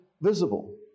visible